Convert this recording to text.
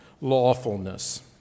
lawfulness